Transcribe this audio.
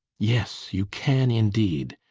yes, you can indeed!